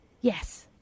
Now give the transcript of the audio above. Yes